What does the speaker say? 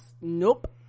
nope